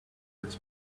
its